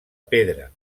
pedra